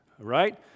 right